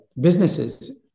businesses